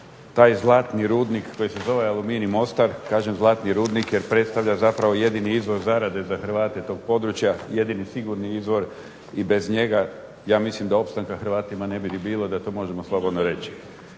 taj zlatni rudnik koji se zove Aluminij Mostar. Kažem zlatni rudnik jer predstavlja zapravo jedini izvor zarade za Hrvate toga područja, jedini sigurni izvor i bez njega ja mislim da opstanka Hrvata ne bi bilo da to možemo slobodno reći.